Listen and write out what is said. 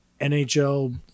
NHL